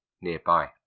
nearby